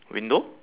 window